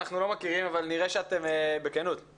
אנחנו לא מכירים אבל נראה שאת מאוד בקיאה